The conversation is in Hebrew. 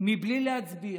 בלי להצביע.